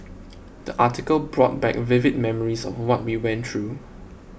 the article brought back vivid memories of what we went through